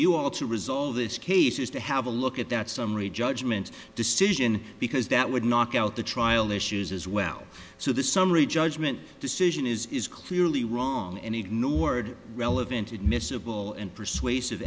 you all to resolve this case is to have a look at that summary judgment decision because that would knock out the trial issues as well so the summary judgment decision is clearly wrong and ignored relevant admissible and persuasive